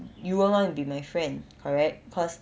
you won't want to be my friend correct cause